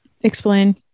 Explain